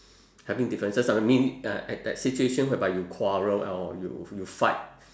having differences ah I mean at that situation whereby you quarrel or you you fight